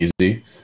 easy